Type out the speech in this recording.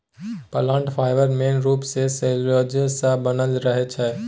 plant fibre मेन रुप सँ सेल्युलोज सँ बनल रहै छै